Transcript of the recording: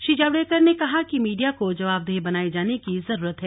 श्री जावडेकर ने कहा कि मीडिया को जवाबदेह बनाए जाने की जरूरत है